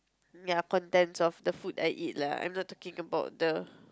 ya contents of the food I eat lah I'm not talking about the